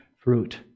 fruit